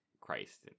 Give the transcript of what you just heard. Christ